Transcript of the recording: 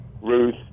Ruth